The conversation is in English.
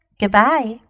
goodbye